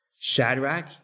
Shadrach